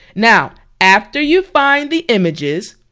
now after you find the images,